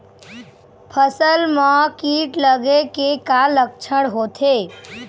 फसल म कीट लगे के का लक्षण होथे?